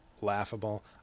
laughable